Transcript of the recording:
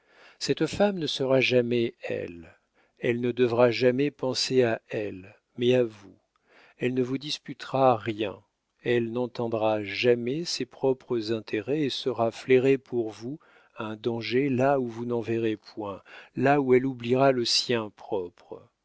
cette femme ne sera jamais elle elle ne devra jamais penser à elle mais à vous elle ne vous disputera rien elle n'entendra jamais ses propres intérêts et saura flairer pour vous un danger là où vous n'en verrez point là où elle oubliera le sien propre